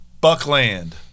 Buckland